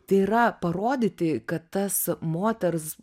tai yra parodyti kad tas moters